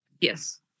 Yes